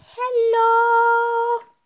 hello